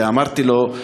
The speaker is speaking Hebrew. ואמרתי לו,